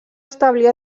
establir